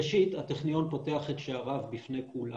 ראשית, הטכניון פותח את שעריו בפני כולם,